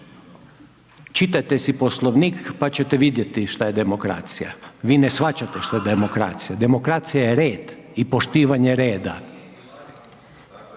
Čitajte si Poslovnik pa ćete vidjeti što je demokracija. Vi ne shvaćate što je demokracija, demokracija je red i poštivanje reda.